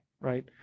right